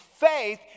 faith